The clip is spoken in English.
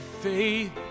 faith